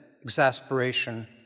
exasperation